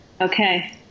okay